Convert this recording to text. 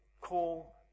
call